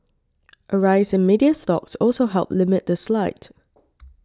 a rise in media stocks also helped limit the slide